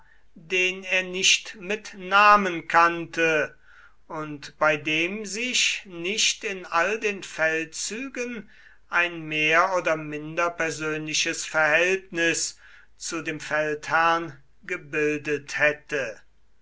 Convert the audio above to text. den er nicht mit namen kannte und bei dem sich nicht in all den feldzügen ein mehr oder minder persönliches verhältnis zu dem feldherrn gebildet hätte